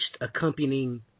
accompanying